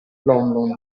london